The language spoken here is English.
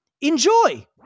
enjoy